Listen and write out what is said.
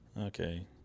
Okay